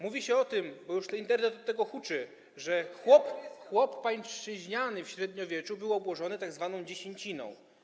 Mówi się o tym, już Internet od tego huczy, że chłop pańszczyźniany w średniowieczu był obłożony tzw. dziesięciną.